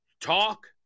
talk